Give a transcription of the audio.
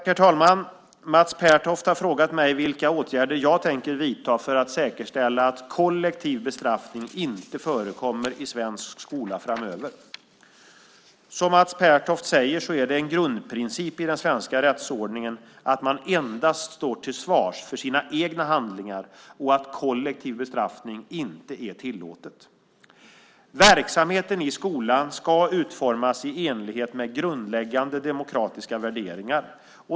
Herr talman! Mats Pertoft har frågat mig vilka åtgärder jag tänker vidta för att säkerställa att kollektiv bestraffning inte förekommer i svensk skola framöver. Som Mats Pertoft säger är det en grundprincip i den svenska rättsordningen att man endast står till svars för sina egna handlingar och att kollektiv bestraffning inte är tillåtet. Verksamheten i skolan ska utformas i enlighet med grundläggande demokratiska värderingar.